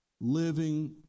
living